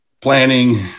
planning